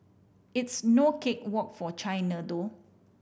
it's no cake walk for China though